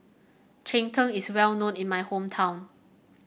Cheng Tng is well known in my hometown